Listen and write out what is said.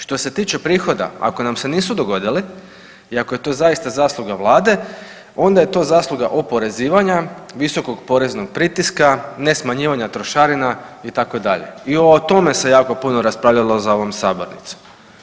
Što se tiče prihoda ako nam se nisu dogodili i ako je to zaista zasluga vlade onda je to zasluga oporezivanja, visokog poreznog pritiska, ne smanjivanja trošarina itd. i o tome se jako puno raspravljalo za ovom sabornicom.